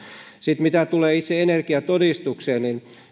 sitten mitä tulee itse energiatodistukseen